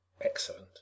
Excellent